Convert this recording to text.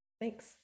Thanks